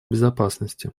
безопасности